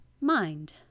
mind